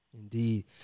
indeed